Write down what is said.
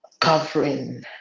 covering